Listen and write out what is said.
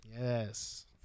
Yes